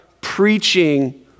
preaching